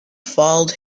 followed